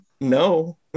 No